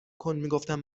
کن، میگفتم